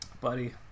buddy